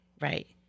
Right